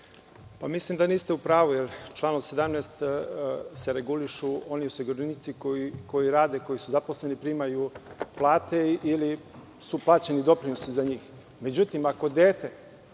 Mislim da niste u pravu jer članom 17. se regulišu oni osiguranici koji rade, koji su zaposleni, koji primaju plate ili su plaćeni doprinosi za njih. Međutim, ako dete